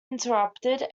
interrupted